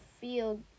feel